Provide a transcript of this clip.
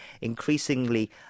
increasingly